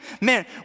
man